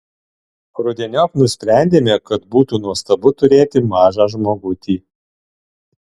rudeniop nusprendėme kad būtų nuostabu turėti mažą žmogutį